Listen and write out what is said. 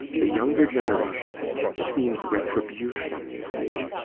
the younger generation it means retribution, you see.